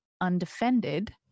undefended